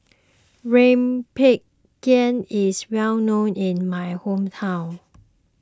Rempeyek is well known in my hometown